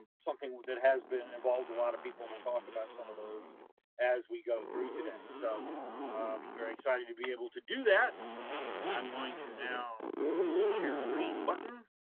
ah something that has been involved a lot of people, we'll talk about some of those as we go through today. so i'm very excited to be able to do that and i'm going to now hit the old share screen button